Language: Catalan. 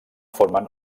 formen